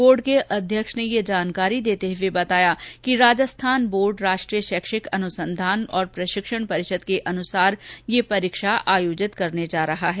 ward के अध्यक्ष ने ये जानकारी देते हुए बताया कि राजस्थान बोर्ड राष्ट्रीय शैक्षिक अनुसंधान एवं प्रशिक्षण परिषद के अनुसार ये परीक्षा आयोजित करने जा रहा है